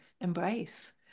embrace